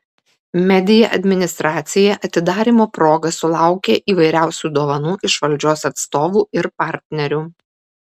media administracija atidarymo proga sulaukė įvairiausių dovanų iš valdžios atstovų ir partnerių